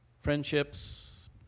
friendships